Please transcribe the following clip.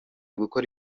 gukora